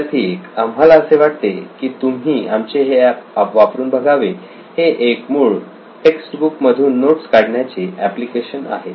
विद्यार्थी 1 आम्हाला असे वाटते कि तुम्ही आमचे हे एप वापरून बघावे हे एक मूळ टेक्स्ट बुक्स मधून नोट्स काढण्याचे ऍप्लिकेशन आहे